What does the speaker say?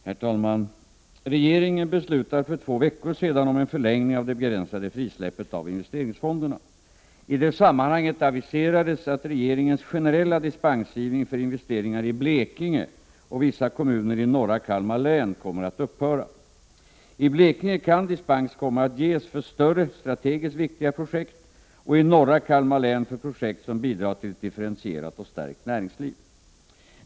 Herr talman! Regeringen beslutade för två veckor sedan om en förlängning av det begränsade frisläppet av investeringsfonderna. I det sammanhanget aviserades att regeringens generella dispensgivning för investeringar i Blekinge och vissa kommuner i norra Kalmar län kommer att upphöra. I Blekinge kan dispens komma att ges för större, strategiskt viktiga projekt och i norra Kalmar län för projekt som bidrar till ett differentierat och stärkt näringsliv.